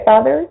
others